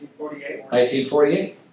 1948